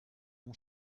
mon